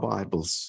Bibles